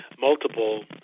multiple